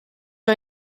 are